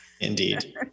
Indeed